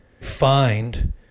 find